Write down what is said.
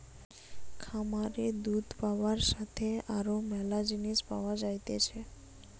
খামারে দুধ পাবার সাথে আরো ম্যালা জিনিস পাওয়া যাইতেছে